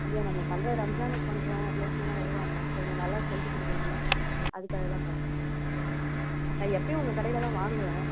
இல்லை நம்ம பண்ணுறது ரம்ஜானுக்கு பண்ணுறோம் ரிலேசன்லாம் வருவாங்க கொஞ்சம் நல்லா செஞ்சு கொடுக்குணுல்ல அதுக்காகதான் பாக்குறேன் நான் எப்பயும் உங்கள் கடையில் தான் வாங்குவேன்